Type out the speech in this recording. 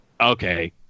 okay